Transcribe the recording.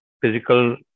physical